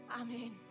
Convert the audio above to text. Amen